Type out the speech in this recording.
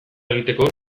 egiteko